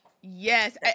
Yes